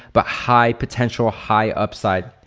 but high potential, high upside.